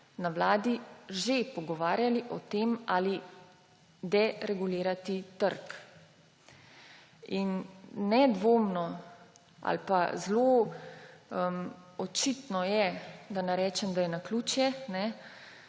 na Vladi že pogovarjali o tem, ali deregulirati trg. Nedvomno ali pa zelo očitno je, da ne rečem, da je naključje,